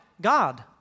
God